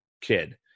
kid